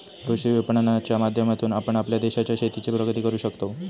कृषी विपणनाच्या माध्यमातून आपण आपल्या देशाच्या शेतीची प्रगती करू शकताव